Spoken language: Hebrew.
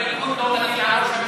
איך זה שהליכוד לא --- על ראש הממשלה?